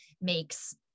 makes